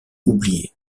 oublié